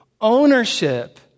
Ownership